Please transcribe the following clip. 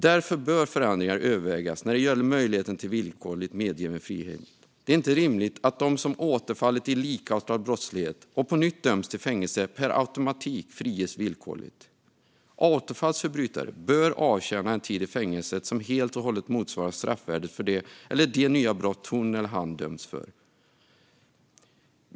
Därför bör förändringar övervägas när det gäller möjligheten till villkorligt medgiven frihet. Det är inte rimligt att de som återfallit i likartad brottslighet och på nytt dömts till fängelse per automatik friges villkorligt. Återfallsförbrytare bör avtjäna en tid i fängelset som helt och hållet motsvarar straffvärdet för det eller de nya brott de dömts för.